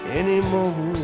anymore